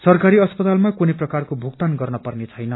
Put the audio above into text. सरकारी अस्पतालमा कुनै प्रकारको भुगतान गर्न पर्ने छैन